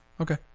Okay